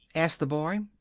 asked the boy.